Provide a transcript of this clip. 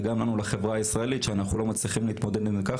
זה נוגע לכל החברה הישראלית שלא מצליחה להתמודד עם זה.